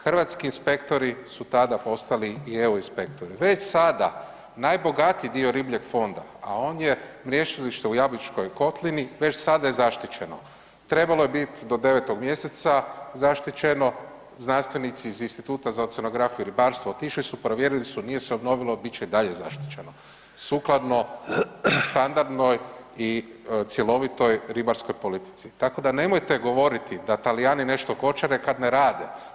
Hrvatski inspektori su tada postali i EU inspektori, već sada najbogatiji dio ribljeg fonda a on je mrjestilište u Jabučkoj kotlini, već sada je zaštićeno, trebalo je biti do 9. mj. zaštićeno, znanstvenici iz Instituta za oceanografiju i ribarstvo otišli su, provjerili su, nije se obnovili, bit će i dalje zaštićeno sukladno standardnoj i cjelovitoj ribarskog politici, tako da nemojte govoriti da Talijani nešto kočare kad ne rade.